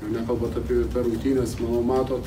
jau nekalbant apie rungtynes manau matot